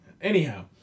Anyhow